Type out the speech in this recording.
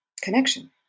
connection